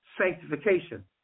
sanctification